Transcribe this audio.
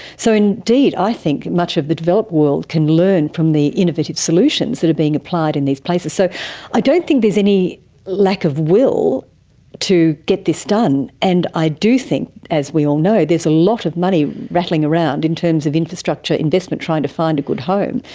so indeed, i think much of the developed world can learn from the innovative solutions that are being applied in these places. so i don't think there's any lack of will to get this done, and i do think, as we all know, there's a lot of money rattling around in terms of infrastructure investment trying to find a good home.